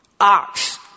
ox